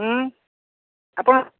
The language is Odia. ଆପଣ